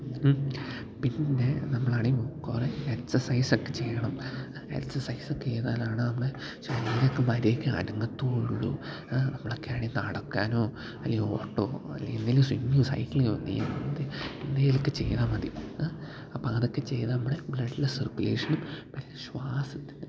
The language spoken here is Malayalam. പിന്നെ നമ്മൾ ആണെങ്കിൽ മു കുറേ എക്സർസൈസൊക്കെ ചെയ്യണം എക്സർസൈസൊക്കെ ചെയ്താലാണ് നമ്മുടെ ശരീരമൊക്കെ മര്യാദയ്ക്ക് അനങ്ങത്തുള്ളു നമ്മൾ ഒക്കെയാണെങ്കിൽ നടക്കാനോ അല്ലെങ്കിൽ ഓട്ടോ അല്ലേ എന്തെങ്കിലും സ്വിമ്മിംഗ് സൈക്കിളിങ്ങോ എന്തേ എന്തെങ്കിലുമൊക്കെ ചെയ്താൽ മതി അപ്പം അതൊക്കെ ചെയ്താൽ നമ്മുടെ ബ്ലഡിൽ സർക്കുലേഷനും പിന്നെ ശ്വാസത്തിന്റെ